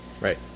Right